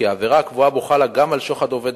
הקובע עבירה של מתן שוחד לעובד